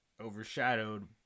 overshadowed